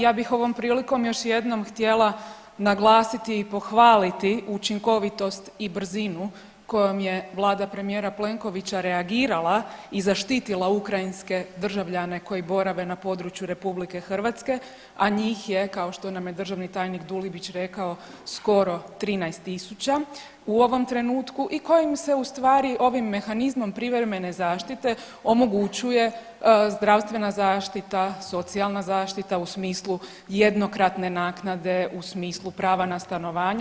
Ja bih ovom prilikom još jednom htjela naglasiti i pohvaliti učinkovitost i brzinu kojom je vlada premijera Plenkovića reagirala i zaštitila ukrajinske državljane koji borave na području RH, a njih je kao što nam je državni tajnik Dulibić rekao skoro 13.000 u ovom trenutku i kojim se ustvari ovim mehanizmom privremene zaštite omogućuje zdravstvena zaštita, socijalna zaštita u smislu jednokratne naknade u smislu prava na stanovanja.